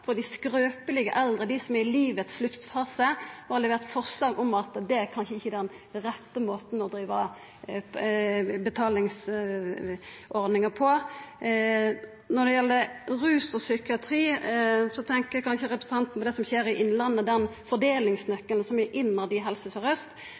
for dei skrøpelege eldre, dei som er i livets sluttfase. Vi har levert forslag om at det kanskje ikkje er den rette måten å driva betalingsordninga på. Når det gjeld rus og psykiatri, tenkjer kanskje representanten på det som skjer i Innlandet, på den